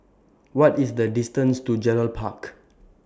What IS The distance to Gerald Park